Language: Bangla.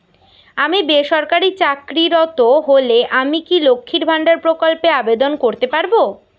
আমি বেসরকারি চাকরিরত হলে আমি কি লক্ষীর ভান্ডার প্রকল্পে আবেদন করতে পারব?